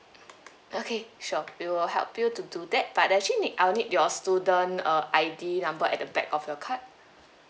okay sure we will help you to do that but I actually need I'll need your student uh I_D number at the back of your card